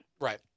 Right